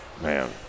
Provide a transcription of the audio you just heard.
Man